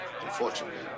Unfortunately